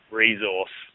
resource